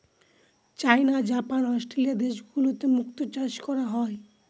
চাইনা, Japan, Australia দেশগুলোতে মুক্তো চাষ করা হয়